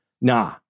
Nah